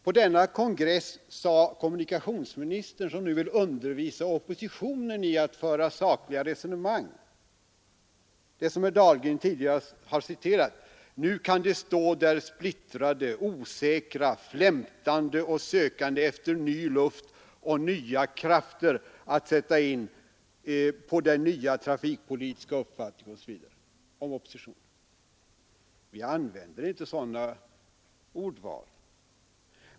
På denna kongress sade kommunikationsministern, som nu vill undervisa oppositionen i att föra sakliga resonemang, det som herr Dahlgren tidigare har citerat: ”Nu kan de stå där splittrade, osäkra, flämtande och sökande efter ny luft och nya krafter att sätta in på den nya trafikpolitiska uppfattning de lade sig till med Detta sade alltså kommunikationsministern om oppositionen. Vi använder inte ett sådant ordval.